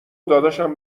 داداشم